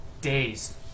days